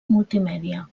multimèdia